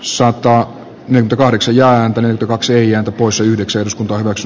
sota mäntykaareksi ja hentunen kaksia poissa yhdeksän x x